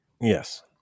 Yes